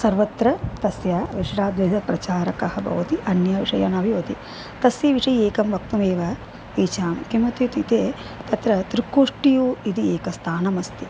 सर्वत्र तस्य विशिष्टाद्वैतप्रचारकः भवति अन्यविषयानपि तस्य विषये एकं वक्तुमेव इच्छामि किमित्युक्ते तत्र त्रिकोष्टियो इति एकं स्थानमस्ति